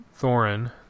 thorin